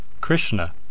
Krishna